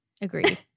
Agreed